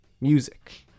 music